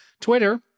Twitter –